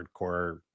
hardcore